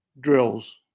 drills